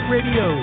Radio